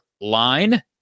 line